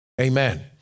Amen